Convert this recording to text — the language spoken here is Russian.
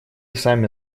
сами